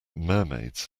mermaids